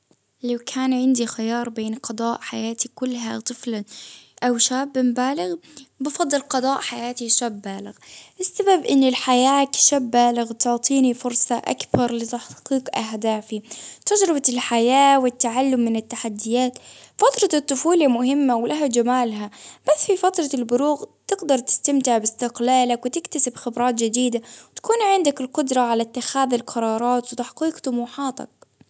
لو كان عندي خيار بين قضاء حياتي كلها طفلا أو شاب بالغ، بفضل قضاء حياتي شاب بالغ، السبب أن الحياة كشابة ،تعطيني فرصة أكبر لتحقيق أهدافي، تجربة الحياة والتعلم من التحديات، فترة الطفولة مهمة ولها جمالها، بس في فترة البلوغ تقدر تستمتع بإستقلالك ،وتكتسب خبرات جديدة، تكون عندك القدرة على إتخاذ القرارات وتحقيق طموحاتك.